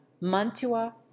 mantua